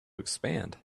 expand